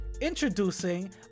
Introducing